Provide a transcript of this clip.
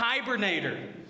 hibernator